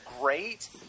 great